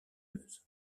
meuse